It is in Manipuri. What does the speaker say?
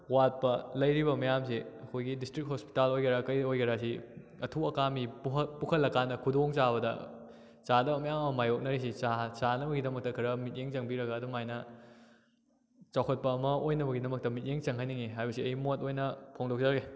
ꯋꯥꯠꯄ ꯂꯩꯔꯤꯕ ꯃꯌꯥꯝꯁꯤ ꯑꯩꯈꯣꯏꯒꯤ ꯗꯤꯁꯇ꯭ꯔꯤꯛ ꯍꯣꯁꯄꯤꯇꯥꯜ ꯑꯣꯏꯒꯦꯔꯥ ꯀꯔꯤ ꯑꯣꯏꯒꯦꯔꯥ ꯁꯤ ꯑꯊꯨ ꯑꯀꯥꯏꯒꯤ ꯄꯨꯈꯠꯂꯛ ꯀꯥꯟꯗ ꯈꯨꯗꯣꯡ ꯆꯥꯕꯗ ꯆꯥꯗꯕ ꯃꯌꯥꯝ ꯑꯃ ꯃꯥꯏꯌꯣꯛꯅꯔꯤꯁꯤ ꯆꯥꯅꯕꯒꯤꯗꯃꯛꯇ ꯈꯔ ꯃꯤꯠꯌꯦꯡ ꯆꯪꯕꯤꯔꯒ ꯑꯗꯨꯝ ꯍꯥꯏꯅ ꯆꯥꯎꯈꯠꯄ ꯑꯃ ꯑꯣꯏꯅꯕꯒꯤꯗꯃꯛꯇ ꯃꯤꯠꯌꯦꯡ ꯆꯪꯍꯟꯅꯤꯡꯏ ꯍꯥꯏꯕꯁꯤ ꯑꯩ ꯃꯣꯠ ꯑꯣꯏꯅ ꯐꯣꯡꯗꯣꯛꯆꯔꯤ